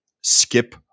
skip